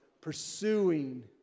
pursuing